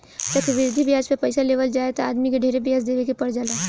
चक्रवृद्धि ब्याज पर पइसा लेवल जाए त आदमी के ढेरे ब्याज देवे के पर जाला